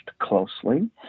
closely